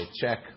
check